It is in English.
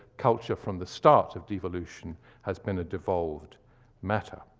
culture from the start of devolution has been a devolved matter.